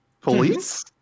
Police